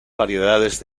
variedades